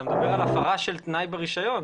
אתה מדבר על הפרה של תנאי ברישיון,